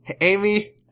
Amy